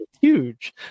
huge